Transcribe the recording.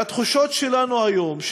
והתחושות שלנו היום,